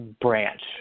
branch